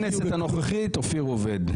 גם בכנסת הנוכחית אופיר עובד.